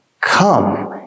come